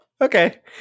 okay